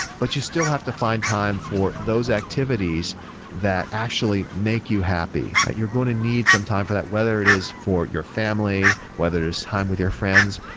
but you still have to find time for those activities that actually make you happy. you're going to need some time for that, whether it is for your family, whether his time with your friends,